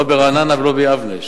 לא ברעננה ולא ביבנה.